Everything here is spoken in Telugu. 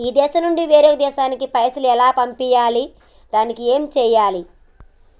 ఈ దేశం నుంచి వేరొక దేశానికి పైసలు ఎలా పంపియ్యాలి? దానికి ఏం చేయాలి?